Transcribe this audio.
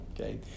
okay